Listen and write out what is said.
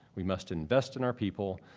we must invest in our people.